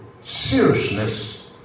seriousness